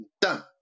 Done